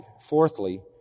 fourthly